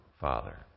Father